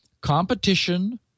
competition